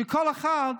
שכל אחד,